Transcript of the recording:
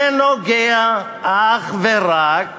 זה נוגע אך ורק